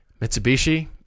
Mitsubishi